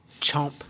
Chomp